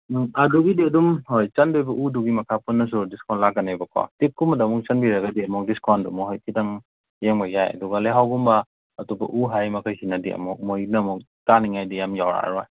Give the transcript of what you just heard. ꯎꯝ ꯑꯗꯨꯒꯤꯗꯤ ꯑꯗꯨꯝ ꯍꯣꯏ ꯆꯟꯒꯗꯧꯔꯤꯕ ꯎꯗꯨꯒꯤ ꯃꯈꯥ ꯄꯣꯟꯅꯁꯨ ꯗꯤꯁꯀꯥꯎꯟ ꯂꯥꯛꯀꯅꯦꯕꯀꯣ ꯇꯤꯛ ꯀꯨꯝꯗꯕ ꯑꯃꯨꯛ ꯆꯟꯕꯤꯔꯒꯗꯤ ꯑꯃꯨꯛ ꯗꯤꯁꯀꯥꯎꯟꯗꯣ ꯑꯃꯨꯛ ꯍꯥꯏꯗꯤ ꯈꯤꯇꯪ ꯌꯦꯡꯕ ꯌꯥꯏ ꯑꯗꯨꯒ ꯂꯩꯍꯥꯎ ꯒꯨꯝꯕ ꯑꯇꯣꯞꯄ ꯎ ꯍꯥꯏꯔꯤ ꯃꯈꯩ ꯁꯤꯅꯗꯤ ꯑꯃꯨꯛ ꯃꯣꯏꯁꯤꯅ ꯑꯃꯨꯛ ꯇꯥꯅꯤꯡꯉꯥꯏꯗꯤ ꯌꯥꯝ ꯌꯥꯎꯔꯛ ꯑꯔꯣꯏ